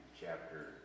chapter